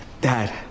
Dad